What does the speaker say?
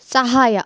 ಸಹಾಯ